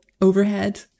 overhead